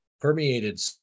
permeated